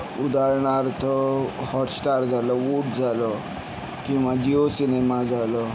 उदाहरणार्थ हॉटस्टार झालं वूट झालं किंवा जिओ सिनेमा झालं